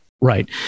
Right